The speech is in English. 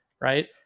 right